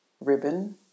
ribbon